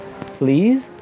please